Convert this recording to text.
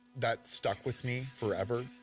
that stuck with me forever.